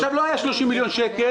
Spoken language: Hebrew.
לא היה 30 מיליון שקל.